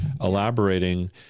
elaborating